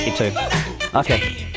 Okay